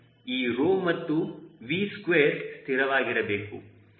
ಈ Rho ಮತ್ತು V square ಸ್ಥಿರವಾಗಿರಬೇಕು ಎಂದು ನಮ್ಮಲ್ಲಿ ಅನಿಸಿಕೆ ಮೂಡುತ್ತದೆ